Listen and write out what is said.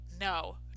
no